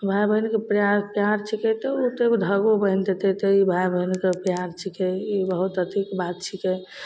भाइ बहिनके पिआर पिआर छिकै तऽ ओ से एगो धगो बान्हि देतै तऽ ई भाइ बहिनके पिआर छिकै ई बहुत अथीके बात छिकै